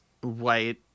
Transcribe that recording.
white